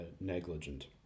negligent